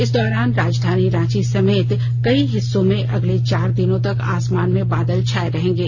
इस दौरान राजधानी रांची समेत कई हिस्सों में अगले चार दिनों तक आसमान में बादल छाए रहेंगे